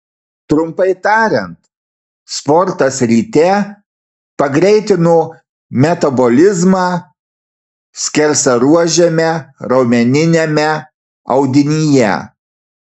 trumpai tariant sportas ryte pagreitino metabolizmą skersaruožiame raumeniniame audinyje